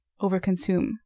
overconsume